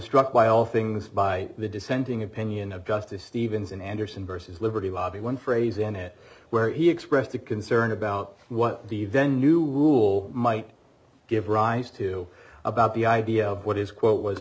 struck by all things by the dissenting opinion of justice stevens in anderson vs liberty lobby one phrase in it where he expressed a concern about what the then new rule might give rise to about the idea of what his quote was